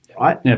right